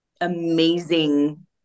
amazing